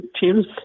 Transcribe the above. teams